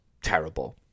terrible